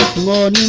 la